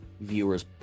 viewers